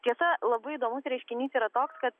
tiesa labai įdomus reiškinys yra toks kad